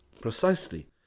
precisely